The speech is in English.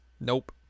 Nope